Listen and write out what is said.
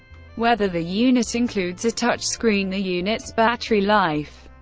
whether the unit includes a touchscreen, the unit's battery life,